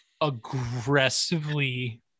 aggressively